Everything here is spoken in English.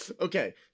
Okay